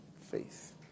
Faith